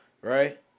right